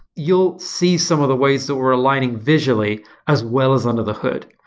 you'll see some of the ways that we're aligning visually as well as under the hood.